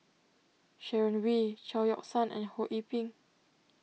Sharon Wee Chao Yoke San and Ho Yee Ping